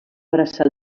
abraçar